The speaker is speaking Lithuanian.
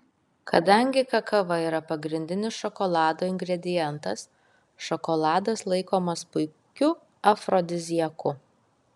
kadangi kakava yra pagrindinis šokolado ingredientas šokoladas laikomas puikiu afrodiziaku